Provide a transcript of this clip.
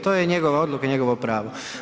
To je njegova odluka i njegovo pravo.